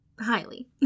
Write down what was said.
highly